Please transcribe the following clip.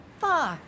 Fuck